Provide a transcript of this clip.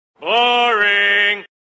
Boring